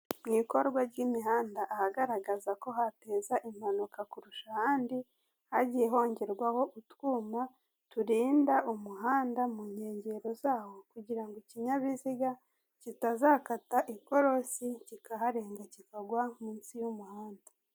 Mu ikorwa ry'imihanda ahagaragaza ko hateza impanuka kurusha ahandi, hagiye hongerwaho utwuma turinda umuhanda mu nkengero zawo kugirango ikinyabiziga kitazakata ikorosi kikaharenga, kikagwa munsi y'umuhanda.